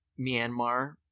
myanmar